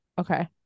Okay